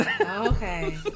Okay